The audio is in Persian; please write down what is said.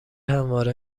همواره